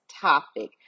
topic